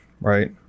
right